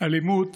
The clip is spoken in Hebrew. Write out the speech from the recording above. "אלימות